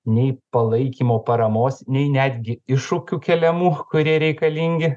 nei palaikymo paramos nei netgi iššūkių keliamų kurie reikalingi